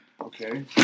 Okay